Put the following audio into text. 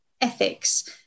ethics